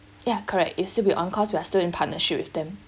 ya correct it'll still be on cause we are still in partnership with them